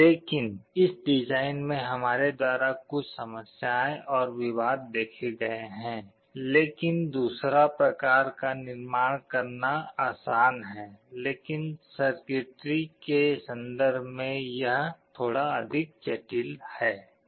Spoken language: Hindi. लेकिन इस डिज़ाइन में हमारे द्वारा कुछ समस्याएं और विवाद देखे गए हैं लेकिन दूसरा प्रकार का निर्माण करना आसान है लेकिन सर्किट्री के संदर्भ में यह थोड़ा अधिक जटिल है